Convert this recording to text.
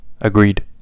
Agreed